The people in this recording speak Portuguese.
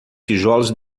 tijolos